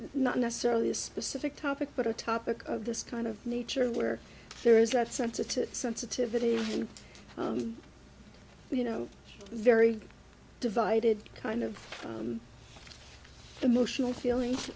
not necessarily a specific topic but a topic of this kind of nature where there is that sensitive sensitivity and you know very divided kind of emotional feelings